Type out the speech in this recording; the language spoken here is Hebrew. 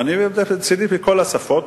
מצדי בכל השפות.